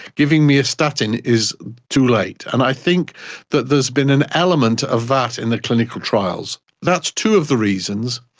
giving me a statin is too late. and i think that there has been an element of that in the clinical trials. that's two of the reasons.